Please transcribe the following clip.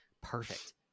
perfect